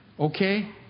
Okay